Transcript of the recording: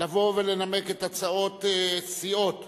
לבוא ולנמק את הצעות סיעות חד"ש,